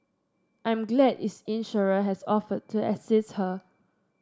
I'm glad its insurer has offered to assist her